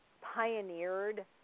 pioneered